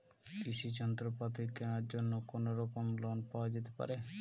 কৃষিযন্ত্রপাতি কেনার জন্য কোনোরকম লোন পাওয়া যেতে পারে?